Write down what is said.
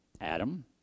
Adam